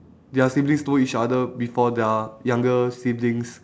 their siblings know each other before their younger siblings